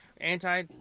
Anti